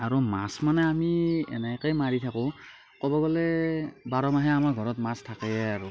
আৰু মাছ মানে আমি এনেকৈ মাৰি থাকোঁ ক'ব গ'লে বাৰ মাহে আমাৰ ঘৰত মাছ থাকে আৰু